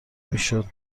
میشد